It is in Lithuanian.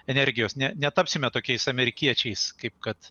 energijos ne netapsime tokiais amerikiečiais kaip kad